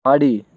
বাড়ি